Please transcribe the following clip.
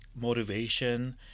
motivation